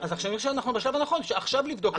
אז עכשיו אנחנו בשלב הנכון, עכשיו לבדוק את זה.